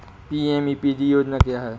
PMEPG योजना क्या है?